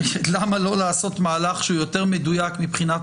למה לא לעשות מהלך שהוא יותר מדויק מבחינת